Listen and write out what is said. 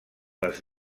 les